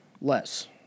less